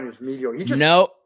No